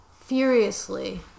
furiously